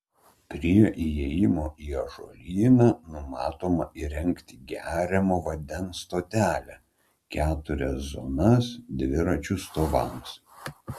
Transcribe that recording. prie įėjimo į ažuolyną numatoma įrengti geriamo vandens stotelę keturias zonas dviračių stovams